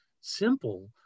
simple